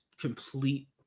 complete